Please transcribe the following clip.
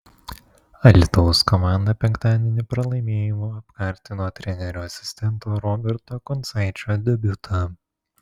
alytaus komanda penktadienį pralaimėjimu apkartino trenerio asistento roberto kuncaičio debiutą